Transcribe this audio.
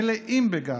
מלאים בגאווה,